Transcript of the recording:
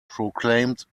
proclaimed